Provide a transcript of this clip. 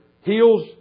heals